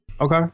Okay